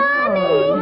Mommy